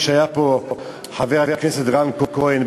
שכשהיה פה חבר הכנסת רן כהן,